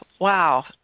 Wow